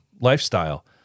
lifestyle